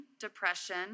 depression